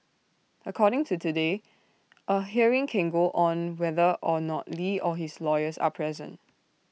according to today A hearing can go on whether or not li or his lawyers are present